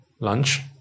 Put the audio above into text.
lunch